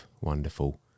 wonderful